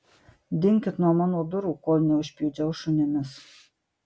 dinkit nuo mano durų kol neužpjudžiau šunimis